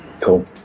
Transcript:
Cool